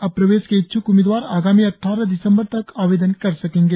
अब प्रवेश के इच्छ्क उम्मीदवार आगामी अद्वारह दिसंबर तक आवेदन कर सकेंगे